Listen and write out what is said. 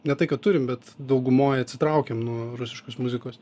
ne tai kad turim bet daugumoj atsitraukiam nuo rusiškos muzikos